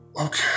Okay